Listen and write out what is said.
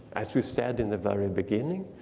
as we said in the very beginning,